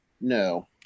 No